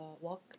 walk